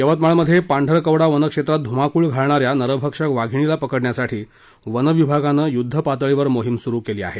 यवतमाळमध्ये पांढरकवडा वन क्षेत्रात धुमाकूळ घालणाऱ्या नरभक्षक वाधिणीला पकडण्यासाठी वनविभागाने युद्धस्तरावर मोहीम सुरू केली आहे